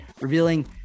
revealing